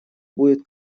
будет